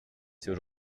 c’est